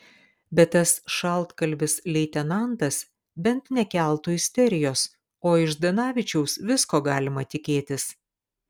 bet tas šaltkalvis leitenantas bent nekeltų isterijos o iš zdanavičiaus visko galima tikėtis